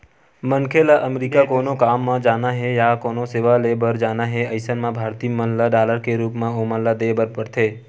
मनखे ल अमरीका कोनो काम म जाना हे या कोनो सेवा ले बर जाना हे अइसन म भारतीय मन ल डॉलर के रुप म ओमन ल देय बर परथे